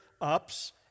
ups